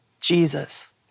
Jesus